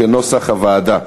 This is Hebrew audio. כנוסח הוועדה.